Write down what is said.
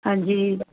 ਹਾਂਜੀ